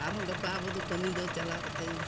ᱟᱨᱦᱚᱸ ᱜᱟᱯᱟ ᱟᱵᱚ ᱫᱚ ᱠᱟᱹᱢᱤ ᱫᱚ ᱪᱟᱞᱟᱣ ᱠᱟᱛᱮ